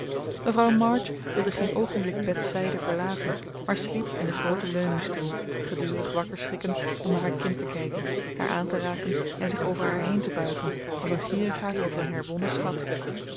mevrouw march wilde geen oogenblik bets zijde verlaten maar sliep in den grooten leuningstoel gedurig wakker schrikkend om naar haar kind te kijken haar aan te raken en zich over haar heen te buigen als een gierigaard over een herwonnen schat